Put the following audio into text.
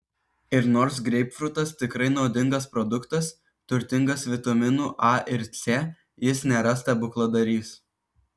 ir nors greipfrutas tikrai naudingas produktas turtingas vitaminų a ir c jis nėra stebukladarys